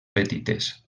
petites